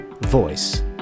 Voice